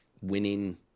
winning